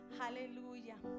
aleluya